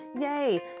yay